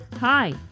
Hi